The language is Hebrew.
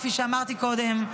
כפי שאמרתי קודם,